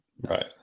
right